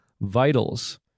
vitals